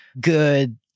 good